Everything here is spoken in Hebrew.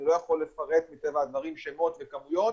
אני לא יכול לפרט מטבע הדברים שמות וכמויות.